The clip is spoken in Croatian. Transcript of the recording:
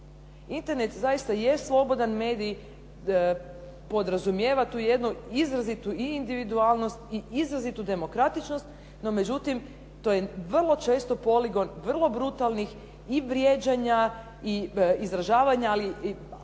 Internet zaista je slobodan medij, podrazumijeva tu jednu izrazitu i individualnost i izrazitu demokratičnost, no međutim to je vrlo često poligon vrlo brutalnih i vrijeđanja i izražavanja, ali